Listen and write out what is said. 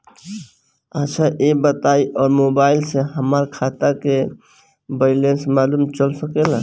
अच्छा ई बताईं और मोबाइल से हमार खाता के बइलेंस मालूम चल सकेला?